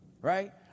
right